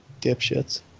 dipshits